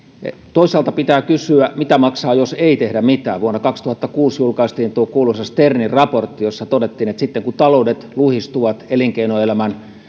toisaalta pitää kysyä mitä maksaa jos ei tehdä mitään vuonna kaksituhattakuusi julkaistiin tuo kuuluisa sternin raportti jossa todettiin että sitten kun taloudet luhistuvat ja elinkeinoelämän